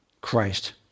Christ